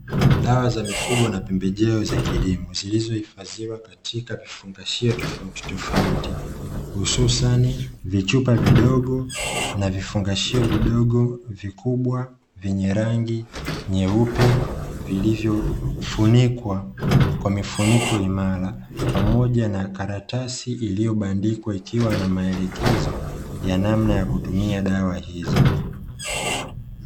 Dawa za mifugo na pembejeo za kilimo zilizohifadhiwa katika vifungashio tofautitofauti hususani vichupa vidogo na vifungashio vidogo, vikubwa vyenye rangi nyeupe vilivyofunikwa kwa mifunoko imara pamoja na karatasi iliyobandikwa ikiwa na maelekezo ya namna ya kutumia dawa hizo.